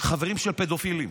מחברים של פדופילים.